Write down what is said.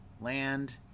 land